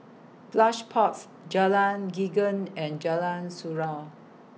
Plush Pods Jalan Geneng and Jalan Surau